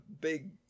big